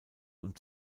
und